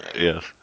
Yes